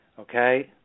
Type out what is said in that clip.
okay